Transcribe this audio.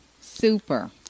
super